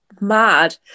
mad